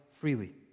freely